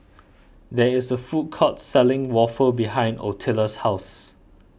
there is a food court selling Waffle behind Ottilia's house